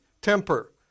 temper